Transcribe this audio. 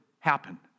happen